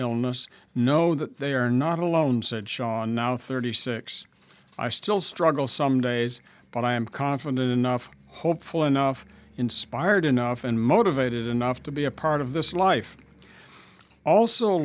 illness know that they are not alone said shawn now thirty six i still struggle some days but i am confident enough hopeful enough inspired enough and motivated enough to be a part of this life also